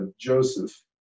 Joseph